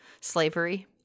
slavery